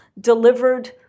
delivered